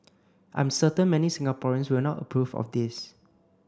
I'm certain many Singaporeans will not approve of this